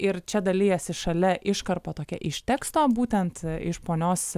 ir čia dalijasi šalia iškarpa tokia iš teksto būtent iš ponios